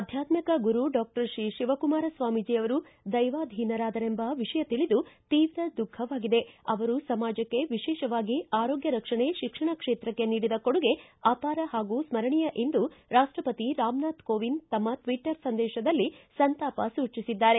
ಆಧ್ಯಾತ್ಮಿಕ ಗುರು ಡಾಕ್ಷರ್ ಶ್ರೀ ಶಿವಕುಮಾರ ಸ್ವಾಮೀಜಿ ಅವರು ದೈವಾಧೀನರಾದರೆಂಬ ವಿಷಯ ತಿಳಿದು ತೀವ್ರ ದುಖವಾಗಿದೆ ಅವರು ಸಮಾಜಕೈ ವಿಶೇಷವಾಗಿ ಆರೋಗ್ಯ ರಕ್ಷಣೆ ಶಿಕ್ಷಣ ಕ್ಷೇತ್ರಕ್ಕೆ ನೀಡಿದ ಕೊಡುಗೆ ಅಪಾರ ಹಾಗೂ ಸ್ಗರಣೀಯ ಎಂದು ರಾಷ್ಲಪತಿ ರಾಮನಾಥ ಕೋವಿಂದ್ ತಮ್ಮ ಟ್ಟಿಟರ್ ಸಂದೇಶದಲ್ಲಿ ಸಂತಾಪ ಸೂಚಿಸಿದ್ದಾರೆ